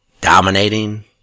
dominating